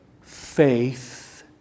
faith